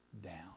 down